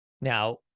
Now